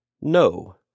no